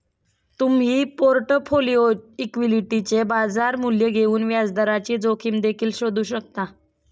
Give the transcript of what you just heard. तुम्ही पोर्टफोलिओ इक्विटीचे बाजार मूल्य घेऊन व्याजदराची जोखीम देखील शोधू शकता